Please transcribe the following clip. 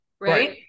Right